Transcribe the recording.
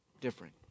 different